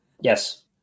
Yes